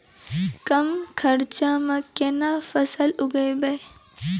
कम खर्चा म केना फसल उगैबै?